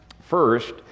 First